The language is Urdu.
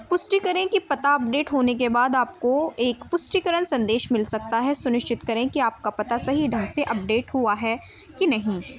پسٹی کریں کی پتا اپڈیٹ ہونے کے بعد آپ کو ایک پسٹیکرن سندیش مل سکتا ہے سنشچت کریں کہ آپ کا پتا صحیح ڈھنگ سے اپڈیٹ ہوا ہے کہ نہیں